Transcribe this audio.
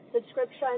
subscription